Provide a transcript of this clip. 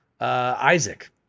Isaac